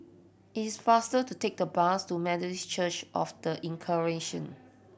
it's faster to take the bus to Methodist Church Of The Incarnation